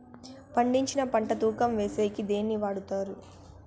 పండించిన పంట తూకం వేసేకి దేన్ని వాడతారు?